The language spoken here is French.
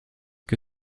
que